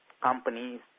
companies